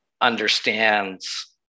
understands